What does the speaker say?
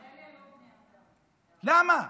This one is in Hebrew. למה?